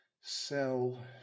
sell